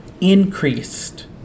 increased